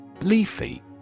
Leafy